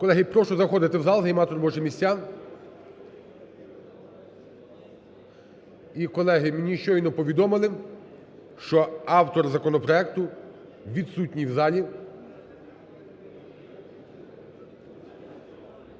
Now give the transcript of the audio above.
Колеги, прошу заходити в зал, займати робочі місця. І, колеги, мені щойно повідомили, що автор законопроекту відсутній в залі.